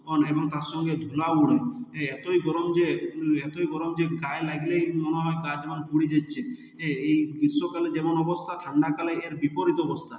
এবং তার সঙ্গে ধুলাও উড়ে এই এতোই গরম যে এতোই গরম যে গায়ে লাগলেই মনে হয় গা যেন পুড়ে যাচ্ছে হ্যাঁ এই গ্রীষ্মকালে যেমন অবস্থা ঠান্ডাকালে এর বিপরীত অবস্থা